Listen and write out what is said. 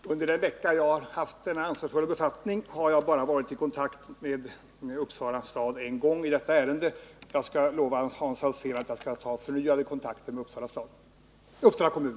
Herr talman! Under den vecka som jag har haft denna ansvarsfulla befattning har jag bara en gång varit i kontakt med Uppsala kommun i detta ärende. Jag lovar Hans Alsén att ta förnyade kontakter med Uppsala kommun.